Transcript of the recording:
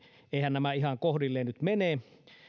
nämä ihan kohdilleen nyt mene